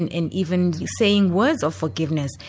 and and even saying words of forgiveness,